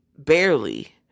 barely